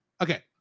okay